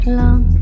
long